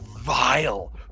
vile